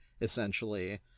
essentially